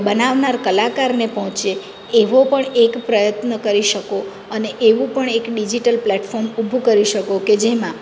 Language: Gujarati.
બનાવનાર કલાકારને પહોંચે એવો પણ એક પ્રયત્ન કરી શકો અને એવું પણ એક ડિઝિટલ પ્લેટફોર્મ ઊભું કરી શકો કે જેમાં